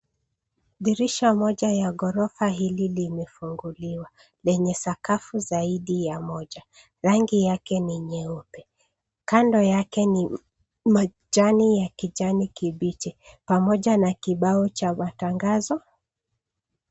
Dirisha moja ya ghorofa hili limefunguliwa lenye sakafu zaidi ya moja, rangi yake ni nyeupe. Kando yake ni majani ya kijani kibichi pamoja na kibao cha matangazo.